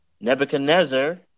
Nebuchadnezzar